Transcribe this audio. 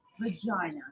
vagina